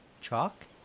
Chalk